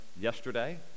yesterday